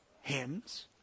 hymns